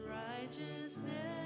righteousness